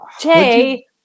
Jay